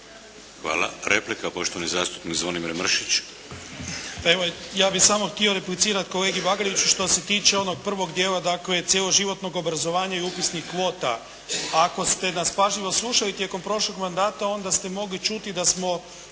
Hvala. Replika poštovani zastupnik Zvonimir Mršić.